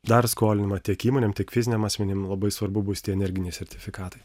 dar skolinimą tiek įmonėm tiek fiziniam asmenim labai svarbu bus tie energiniai sertifikatai